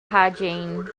hygiene